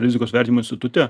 rizikos vertinimo institute